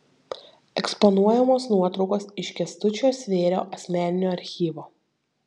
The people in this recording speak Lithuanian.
eksponuojamos nuotraukos iš kęstučio svėrio asmeninio archyvo